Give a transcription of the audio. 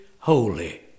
holy